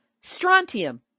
strontium